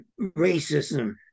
racism